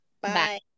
bye